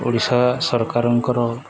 ଓଡ଼ିଶା ସରକାରଙ୍କର